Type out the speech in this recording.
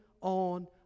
on